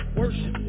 worship